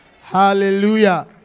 Hallelujah